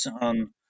on